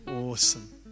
awesome